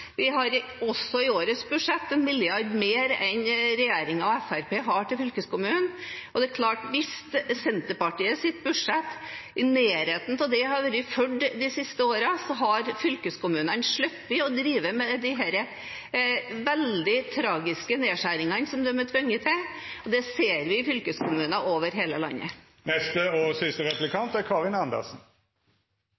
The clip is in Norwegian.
Vi har også i årets budsjett en milliard mer til fylkeskommunene enn regjeringen og Fremskrittspartiet har. Det er klart at hvis Senterpartiets budsjett – eller noe i nærheten av det – hadde blitt fulgt de siste årene, hadde fylkeskommunene sluppet å drive med disse veldig tragiske nedskjæringene som de er tvunget til. Det ser vi i fylkeskommuner over hele landet. Hvis kommuneøkonomien skal rekke til alle de gode tingene som Senterpartiet og